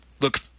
Look